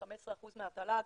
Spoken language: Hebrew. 15% מהתל"ג,